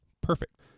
perfect